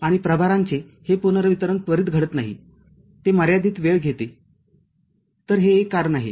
आणि प्रभारांचे हे पुनर्वितरण त्वरित घडत नाही ते मर्यादित वेळ घेते तरहे एक कारण आहे